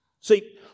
See